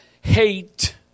hate